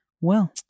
Well-